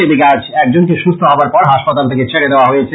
এদিকে আজ একজনকে সুস্থ হবার পর হাসপাতাল থেকে ছেড়ে দেওয়া হয়েছে